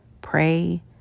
pray